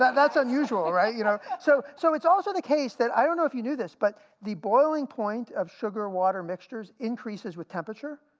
that's unusual right you know so so it's also the case that i don't know if you knew this, but the boiling point of sugar water mixtures increases with temperature.